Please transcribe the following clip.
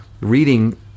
reading